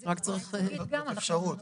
זאת אפשרות.